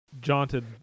jaunted